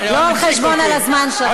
לא על חשבון הזמן שלך.